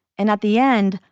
and at the end,